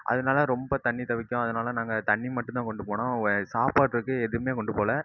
அதனால ரொம்ப தண்ணி தவிக்கும் அதனால நாங்கள் தண்ணி மட்டுந்தான் கொண்டு போனோம் சாப்பாட்டுக்கு எதுவுமே கொண்டுபோகல